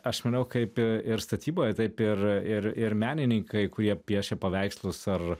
aš manau kaip ir statyboje taip ir ir ir menininkai kurie piešia paveikslus ar